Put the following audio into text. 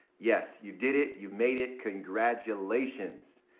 yes, you did it you made it congratulations.